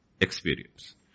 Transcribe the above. experience